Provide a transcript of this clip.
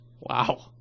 Wow